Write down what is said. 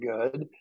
good